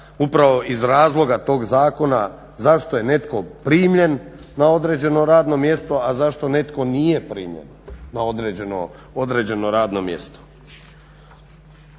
upravo iz razloga tog zakona zašto je netko primljen na određeno radno mjesto, a zašto netko nije primljen na određeno radno mjesto.